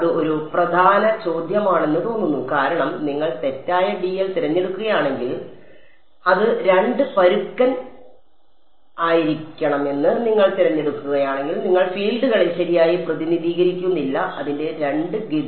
അത് ഒരു പ്രധാന ചോദ്യമാണെന്ന് തോന്നുന്നു കാരണം നിങ്ങൾ തെറ്റായ dl തിരഞ്ഞെടുക്കുകയാണെങ്കിൽ അത് രണ്ട് പരുക്കൻ ആയിരിക്കണമെന്ന് നിങ്ങൾ തിരഞ്ഞെടുക്കുകയാണെങ്കിൽ നിങ്ങൾ ഫീൽഡുകളെ ശരിയായി പ്രതിനിധീകരിക്കുന്നില്ല അതിന്റെ രണ്ട് ഗതി